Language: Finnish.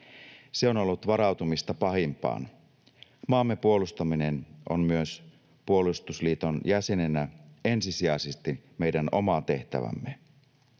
Se on ollut varautumista pahimpaan. Maamme puolustaminen on myös puolustusliiton jäsenenä ensisijaisesti meidän oma tehtävämme.